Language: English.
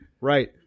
right